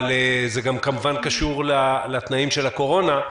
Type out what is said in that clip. אבל זה כמובן קשור לתנאי הקורונה.